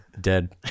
Dead